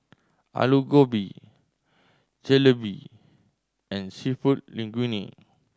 Alu Gobi Jalebi and Seafood Linguine